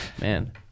Man